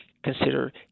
consider